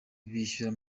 bishyura